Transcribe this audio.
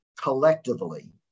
collectively